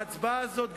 ההצבעה הזאת,